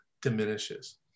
diminishes